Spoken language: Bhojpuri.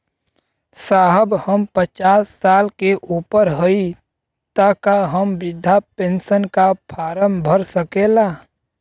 साहब हम पचास साल से ऊपर हई ताका हम बृध पेंसन का फोरम भर सकेला?